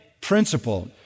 principle